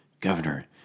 Governor